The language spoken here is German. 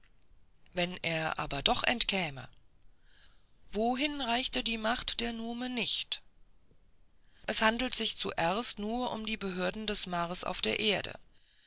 wenn er aber doch entkäme wohin reichte die macht der nume nicht es handelt sich zuerst nur um die behörden des mars auf der erde